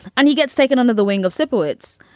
and he gets taken under the wing of seperates.